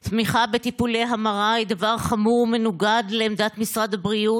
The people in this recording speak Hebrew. תמיכה בטיפולי המרה היא דבר חמור ומנוגד לעמדת משרד הבריאות,